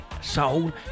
soul